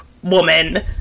woman